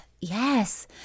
Yes